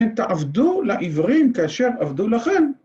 ‫תעבדו לעברים כאשר עבדו לכם.